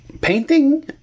Painting